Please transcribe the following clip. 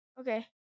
Okay